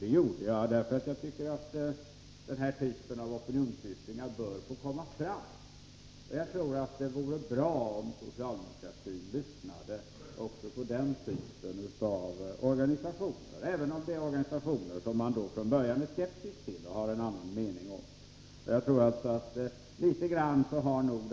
Jag gjorde det därför att jag anser att den här typen av opinionsyttringar bör få komma fram. Det vore bra om socialdemokraterna lyssnade också på den typen av organisationer, som man från början är skeptisk till. Jag tror att den här hösten i detta avseende har varit litet grand karakteristisk.